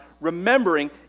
remembering